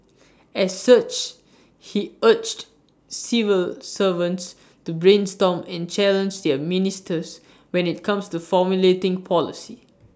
as such he urged civil servants to brainstorm and challenge their ministers when IT comes to formulating policy